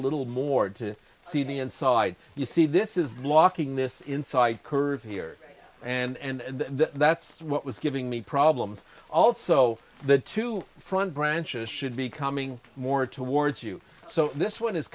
little more to see the inside you see this is blocking this inside curve here and that's what was giving me problems also the two front branches should be coming more towards you so this one is